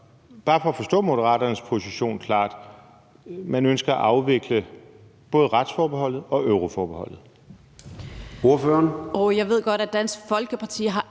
bare for at forstå Moderaternes position klart vil jeg høre: Man ønsker at afvikle både retsforbeholdet og euroforbeholdet?